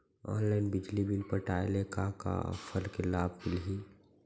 Online बिजली bill पटाय ले का का ऑफ़र के लाभ मिलही?